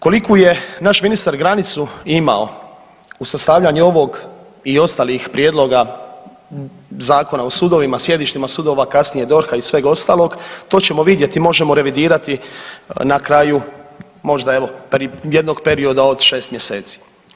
Koliku je naš ministar granicu imamo u sastavljanju ovog i ostalih prijedloga Zakona o sudovima, sjedištima sudova kasnije DORH-a i svega ostalog to ćemo vidjeti možemo revidirati na kraju možda evo jednog perioda od 6 mjeseci.